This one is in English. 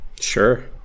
Sure